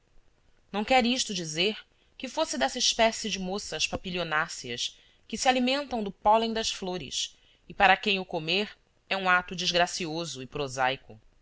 não quer isto dizer que fosse dessa espécie de moças papilionáceas que se alimentam do pólen das flores e para quem o comer é um ato desgracioso e prosaico